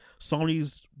sony's